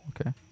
Okay